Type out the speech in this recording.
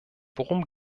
worum